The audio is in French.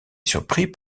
surpris